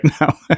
now